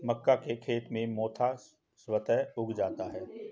मक्का के खेत में मोथा स्वतः उग जाता है